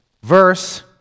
verse